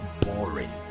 boring